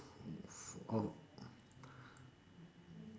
oh